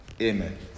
Amen